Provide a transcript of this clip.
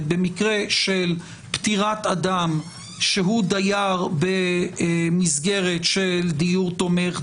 במקרה של פטירת אדם שהוא דייר במסגרת של דיור תומך,